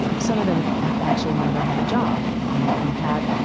some of them have actually never had a job, you know? we've had,